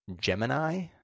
Gemini